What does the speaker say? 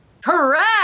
Correct